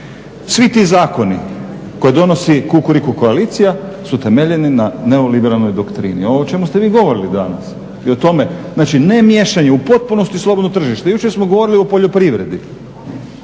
Svi ti zakoni koje donosi Kukuriku koalicija su temeljeni na neoliberalnoj doktrini. Ovo o čemu ste vi govorili danas i o tome, znači ne miješanje u potpunosti slobodno tržište. Jučer smo govorili o poljoprivredi